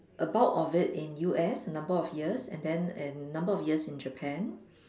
a bulk of it in U_S a number of years and then a number of years in Japan